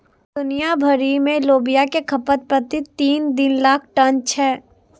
दुनिया भरि मे लोबिया के खपत प्रति दिन तीन लाख टन छै